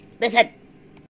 listen